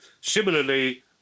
similarly